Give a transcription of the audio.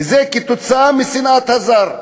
וזה כתוצאה משנאת הזר.